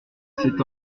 c’est